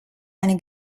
eine